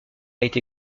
été